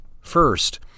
First